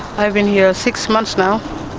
i've been here six months now,